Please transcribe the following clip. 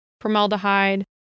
formaldehyde